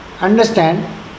Understand